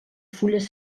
fulles